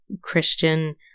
Christian